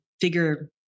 figure